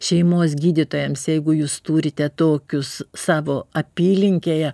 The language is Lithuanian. šeimos gydytojams jeigu jūs turite tokius savo apylinkėje